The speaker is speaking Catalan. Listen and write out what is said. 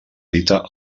dita